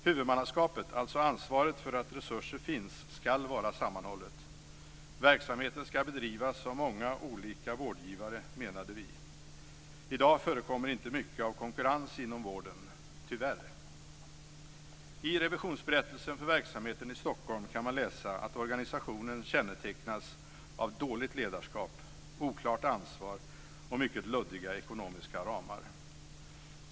Huvudmannaskapet, alltså ansvaret för att resurser finns, skall vara sammanhållet. Verksamheten skall bedrivas av många olika vårdgivare, menade vi. I dag förekommer inte mycket av konkurrens inom vården - tyvärr. I revisionsberättelsen för verksamheten i Stockholm kan man läsa att organisationen kännetecknas av "dåligt ledarskap", "oklart ansvar" och mycket luddiga ekonomiska ramar.